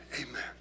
amen